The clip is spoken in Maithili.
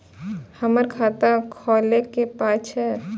हमर खाता खौलैक पाय छै